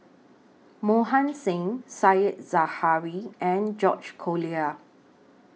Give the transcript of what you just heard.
Mohan Singh Said Zahari and George Collyer